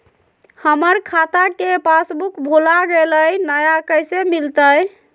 हमर खाता के पासबुक भुला गेलई, नया कैसे मिलतई?